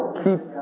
keep